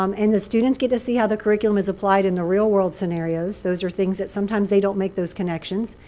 um and the students get to see how the curriculum is applied in the real world scenarios. those are things that sometimes they don't make those connections.